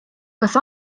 kas